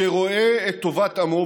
שרואה את טובת עמו,